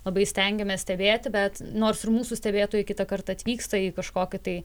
labai stengiamės stebėti bet nors ir mūsų stebėtojai kitą kartą atvyksta į kažkokį tai